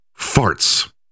farts